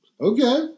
Okay